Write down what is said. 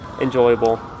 enjoyable